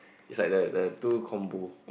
is like that there there are two combo